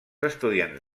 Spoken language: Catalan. estudiants